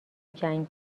جنگ